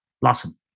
blossom